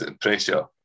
pressure